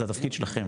זה התפקיד שלכם.